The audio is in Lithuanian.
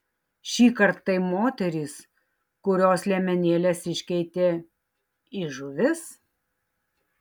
šįkart tai moterys kurios liemenėles iškeitė į žuvis